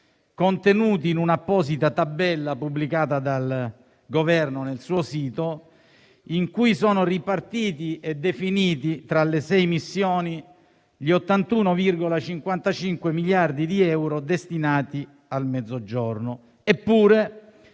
contenuti in un'apposita tabella pubblicata dal Governo nel suo sito, in cui sono ripartiti e definiti tra le sei missioni gli 81,55 miliardi di euro destinati al Mezzogiorno.